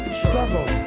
struggle